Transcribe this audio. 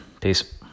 Peace